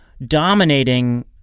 dominating